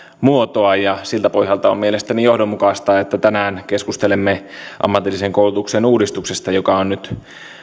muotoaan ja siltä pohjalta on mielestäni johdonmukaista että tänään keskustelemme ammatillisen koulutuksen uudistuksesta joka on nyt